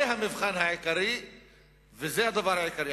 זה המבחן העיקרי וזה הדבר העיקרי.